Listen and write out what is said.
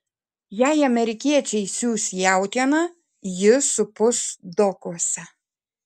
jei amerikiečiai siųs jautieną ji supus dokuose